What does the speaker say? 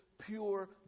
pure